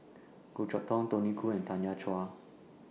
Goh Chok Tong Tony Khoo and Tanya Chua